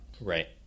right